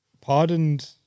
pardoned